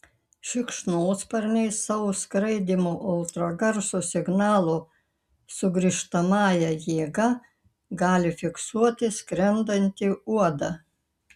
šikšnosparniai savo skraidymo ultragarso signalų sugrįžtamąja jėga gali fiksuoti skrendantį uodą